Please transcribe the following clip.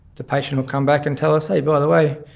the patient will come back and tell us, hey, by the way,